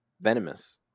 venomous